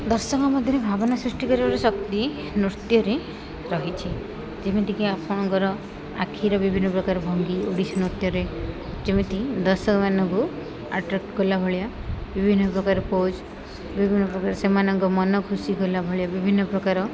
ଦର୍ଶକ ମଧ୍ୟରେ ଭାବନା ସୃଷ୍ଟି କରିବାର ଶକ୍ତି ନୃତ୍ୟରେ ରହିଛି ଯେମିତିକି ଆପଣଙ୍କର ଆଖିର ବିଭିନ୍ନ ପ୍ରକାର ଭଙ୍ଗୀ ଓଡ଼ିଶୀ ନୃତ୍ୟରେ ଯେମିତି ଦର୍ଶକମାନଙ୍କୁ ଆଟ୍ରାକ୍ଟ କଲା ଭଳିଆ ବିଭିନ୍ନ ପ୍ରକାର ପୋଜ୍ ବିଭିନ୍ନ ପ୍ରକାର ସେମାନଙ୍କ ମନ ଖୁସି କଲା ଭଳିଆ ବିଭିନ୍ନ ପ୍ରକାର